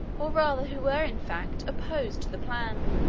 or rather who were, in fact, opposed to the plan,